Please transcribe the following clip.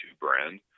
brand